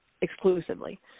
exclusively